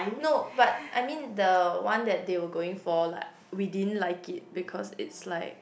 no but I mean the one that they were going for like we didn't like it because it's like